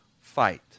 fight